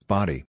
Body